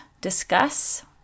discuss